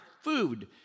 food